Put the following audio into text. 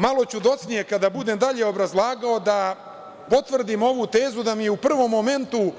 Malo ću docnije kada budem dalje obrazlagao da potvrdim ovu tezu da mi u prvom momentu,